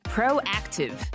Proactive